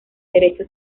derecho